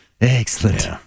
Excellent